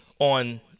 on